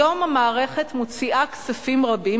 היום המערכת מוציאה כספים רבים,